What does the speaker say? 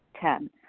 Ten